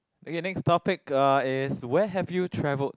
okay next topic uh is where have you travelled